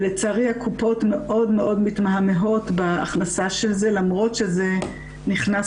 לצערי הקופות מאוד מאוד מתמהמהות בהכנסה של זה למרות שזה נכנס